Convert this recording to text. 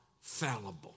fallible